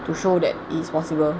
to show that it is possible